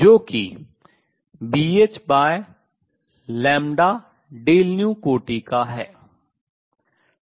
जो की Bh कोटि का है